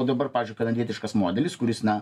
o dabar pavyzdžiui kanadietiškas modelis kuris na